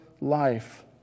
life